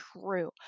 true